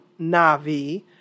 Na'vi